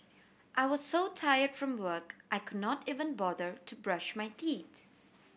I was so tired from work I could not even bother to brush my teeth